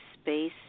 space